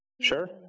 Sure